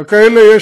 יש כאלה,